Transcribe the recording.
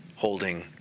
holding